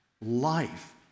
life